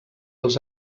els